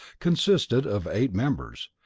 consisted of eight members,